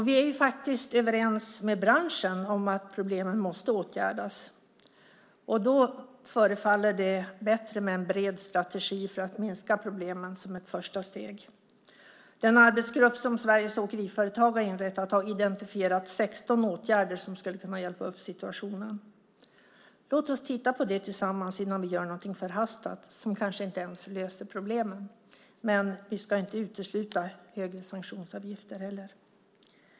Vi är ju faktiskt överens med branschen om att problemen måste åtgärdas, och då förefaller det bättre med en bred strategi för att minska problemen som ett första steg. Den arbetsgrupp som Sveriges Åkeriföretag har inrättat har identifierat 16 åtgärder som skulle kunna hjälpa upp situationen. Låt oss titta på detta tillsammans innan vi gör något förhastat, som kanske inte ens löser problemen. Men vi ska inte utesluta högre sanktionsavgifter heller.